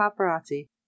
paparazzi